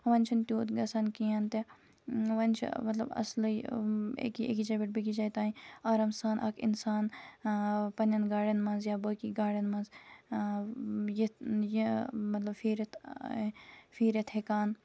وۄنۍ چھُنہٕ تیوٗت گَژھان کِہیٖنۍ تہِ وۄنۍ چھُ مطلب اصلٕے أکی أکِس جایہِ پٮ۪ٹھ بیٚکِس جایہِ تانۍ آرام سان اَکھ اِنسان پَننٮ۪ن گاڑٮ۪ن مَنٛز یا باقٕے گاڑٮ۪ن مَنٛز ٲں یَتھ یہِ مطلب پھِیٖرِتھ پھیٖرِتھ ہیٚکان